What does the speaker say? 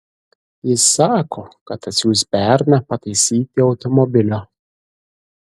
jis sako kad atsiųs berną pataisyti automobilio